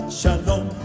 shalom